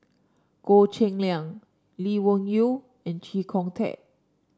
Goh Cheng Liang Lee Wung Yew and Chee Kong Tet